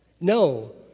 No